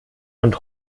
und